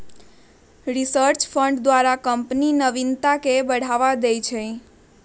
research fund द्वारा company नविनता के बढ़ावा दे हइ